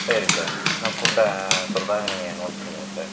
சரி சார் நான் ஃபுட்டை சொல்கிறேன் நீங்கள் நோட் பண்ணிகோங்க சார்